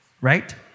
Right